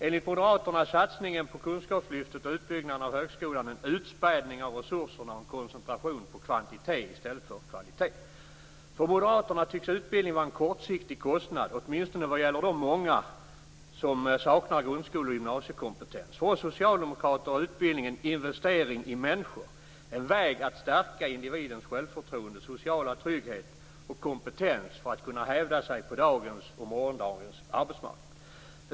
Enligt moderaterna är satsningen på kunskapslyftet och på utbyggnaden av högskolan en utspädning av resurserna och en koncentration på kvantitet i stället för på kvalitet. För moderaterna tycks utbildning vara en kortsiktig kostnad, åtminstone vad gäller de många som saknar grundskole och gymnasiekompetens. För oss socialdemokrater är utbildning en investering i människor - en väg att stärka individens självförtroende, sociala trygghet och kompetens för att kunna hävda sig på dagens och morgondagens arbetsmarknad.